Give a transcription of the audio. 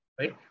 right